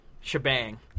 shebang